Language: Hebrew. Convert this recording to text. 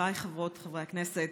חבריי חברות וחברי הכנסת,